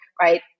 right